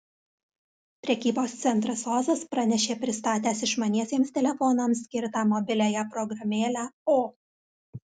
prekybos centras ozas pranešė pristatęs išmaniesiems telefonams skirtą mobiliąją programėlę o